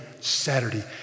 Saturday